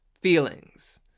feelings